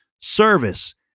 Service